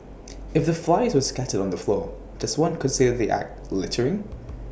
if the flyers were scattered on the floor does one consider the act littering